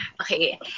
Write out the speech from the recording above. Okay